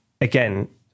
again